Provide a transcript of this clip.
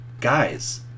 guys